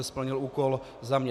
Splnil úkol za mě.